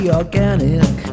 organic